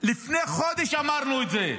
לפני חודש אמרנו את זה.